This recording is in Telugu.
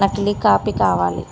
నక్లీ కాపీ కావాలి